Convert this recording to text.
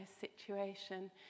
situation